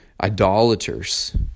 idolaters